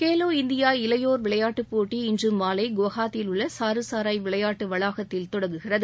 Khelo India இளையோர் விளையாட்டு போட்டி இன்று மாலை குவஹாத்தியில் உள்ள சாருசராய் விளையாட்டு வளாகத்தில் தொடங்குகிறது